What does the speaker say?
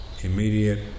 immediate